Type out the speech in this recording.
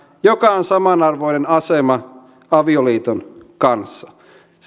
joka on samanarvoinen asema avioliiton kanssa